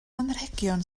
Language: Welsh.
anrhegion